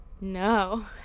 No